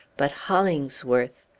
but hollingsworth!